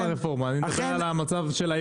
אני לא מדבר על הרפורמה, אני מדבר על המצב היום.